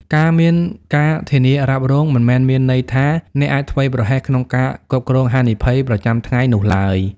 ការមាន ការធានារ៉ាប់រង មិនមែនមានន័យថាអ្នកអាចធ្វេសប្រហែសក្នុង ការគ្រប់គ្រងហានិភ័យ ប្រចាំថ្ងៃនោះឡើយ។